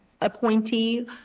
appointee